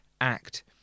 act